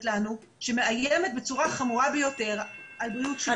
לנו שמאיימת בצורה חמורה ביותר על הבריאות של כולנו.